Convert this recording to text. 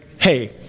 hey